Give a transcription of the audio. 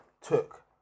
took